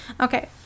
Okay